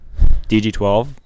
DG12